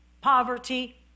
poverty